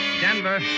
Denver